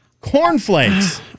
Cornflakes